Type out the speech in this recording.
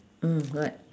mm what